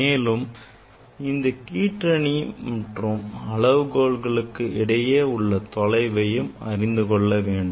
மேலும் நாம் கீற்றிணி மற்றும் அளவுகோல்களுக்கு இடையில் உள்ள தொலைவு அறிந்து கொள்ள வேண்டும்